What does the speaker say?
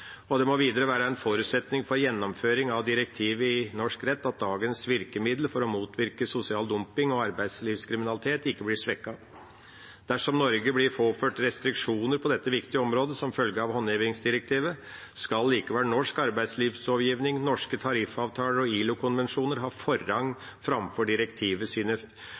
Det må videre være en forutsetning for gjennomføring av direktivet i norsk rett at dagens virkemidler for å motvirke sosial dumping og arbeidslivskriminalitet ikke blir svekket. Dersom Norge blir påført restriksjoner på dette viktige området som følge av håndhevingsdirektivet, skal likevel norsk arbeidslivslovgivning, norske tariffavtaler og ILO-konvensjoner ha forrang framfor